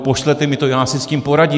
Pošlete mi to, já si s tím poradím.